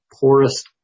poorest